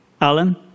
Alan